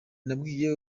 nabwiye